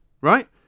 right